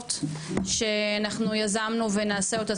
למטפלות שאנחנו יזמנו ונעשה אותו,